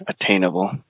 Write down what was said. attainable